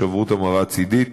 שברו את המראה הצדדית